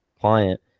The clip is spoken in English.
client